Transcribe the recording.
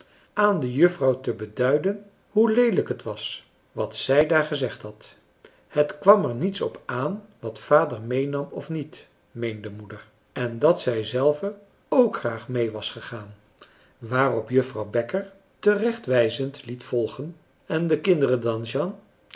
aan de juffrouw te beduiden hoe leelijk het was wat zij daar gezegd had het kwam er niets op aan wat vader meenam of niet meende moeder en dat zij zelve ook graag mee was gegaan waarop juffrouw bekker terechtwijzend liet volgen en de kinderen dan jeanne